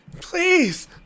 please